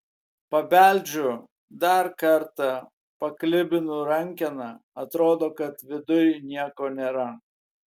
pabeldžiu dar kartą paklibinu rankeną atrodo kad viduj nieko nėra